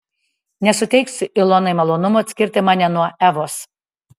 nesuteiksiu ilonai malonumo atskirti mane nuo evos